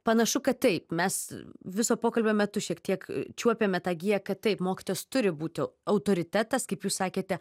panašu kad taip mes viso pokalbio metu šiek tiek čiuopiame tą giją kad taip mokytojas turi būti autoritetas kaip jūs sakėte